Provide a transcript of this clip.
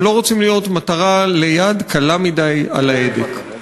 הם לא רוצים להיות מטרה ליד קלה מדי על ההדק.